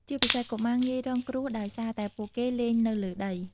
ជាពិសេស កុមារងាយរងគ្រោះដោយសារតែពួកគេលេងនៅលើដី។